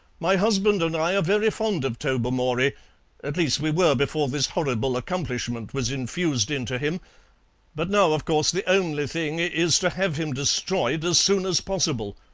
my husband and i are very fond of tobermory at least, we were before this horrible accomplishment was infused into him but now, of course, the only thing is to have him destroyed as soon as possible.